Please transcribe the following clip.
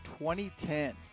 2010